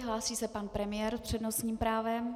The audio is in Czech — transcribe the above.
Hlásí se pan premiér s přednostním právem.